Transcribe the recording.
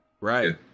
Right